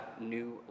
new